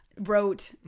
wrote